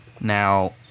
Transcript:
Now